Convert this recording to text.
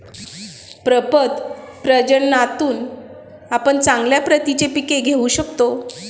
प्रपद प्रजननातून आपण चांगल्या प्रतीची पिके घेऊ शकतो